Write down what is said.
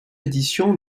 édition